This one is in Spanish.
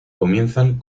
comienzan